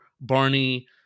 barney